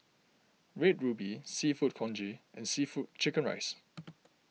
Red Ruby Seafood Congee and Seafood Chicken Rice